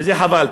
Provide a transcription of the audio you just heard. וזה חבל.